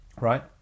Right